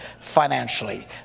financially